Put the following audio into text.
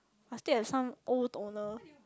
I still have some old toner